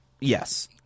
Yes